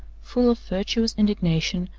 full of virtuous indignation,